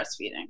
breastfeeding